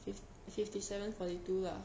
fif~ fifty seven forty two lah